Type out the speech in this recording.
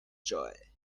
joy